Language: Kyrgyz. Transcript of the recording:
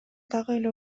дагы